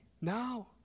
now